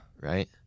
right